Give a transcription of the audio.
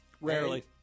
Rarely